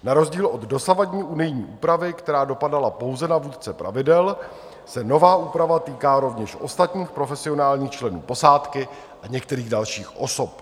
Na rozdíl od dosavadní unijní úpravy, která dopadala pouze na vůdce plavidel, se nová úprava týká rovněž ostatních profesionálních členů posádky a některých dalších osob.